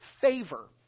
favor